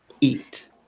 eat